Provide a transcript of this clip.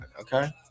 okay